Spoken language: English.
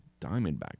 Diamondbacks